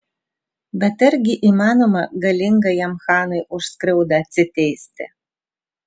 bet argi įmanoma galingajam chanui už skriaudą atsiteisti